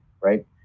right